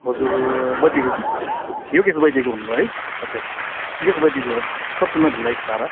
हजुर वैद्यको गीत योगेश वैद्यको भन्नुभयो है अच्छा योगेश वैद्यको सपना भुलाइ सारा